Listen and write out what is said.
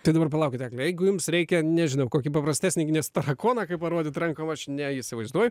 tai dabar palaukit jeigu jums reikia nežinau kokį paprastesnį nes tarakoną kaip parodyt rankom aš neįsivaizduoju